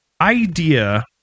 idea